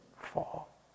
fall